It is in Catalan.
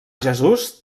jesús